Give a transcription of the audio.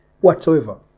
whatsoever